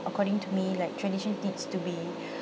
according to me like tradition needs to be